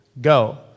Go